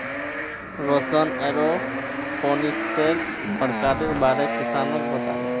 रौशन एरोपोनिक्सेर प्रकारेर बारे किसानक बताले